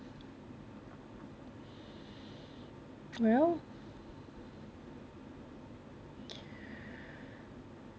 no